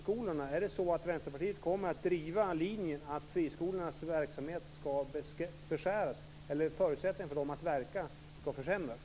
Kommer Vänsterpartiet att driva linjen att friskolornas verksamhet skall beskäras eller att förutsättningarna för dem att verka skall försämras?